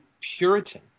Puritan